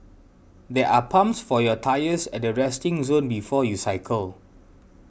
there are pumps for your tyres at the resting zone before you cycle